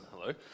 hello